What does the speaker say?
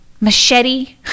machete